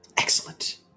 Excellent